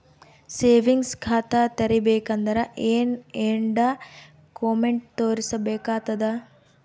Savings ಖಾತಾ ತೇರಿಬೇಕಂದರ ಏನ್ ಏನ್ಡಾ ಕೊಮೆಂಟ ತೋರಿಸ ಬೇಕಾತದ?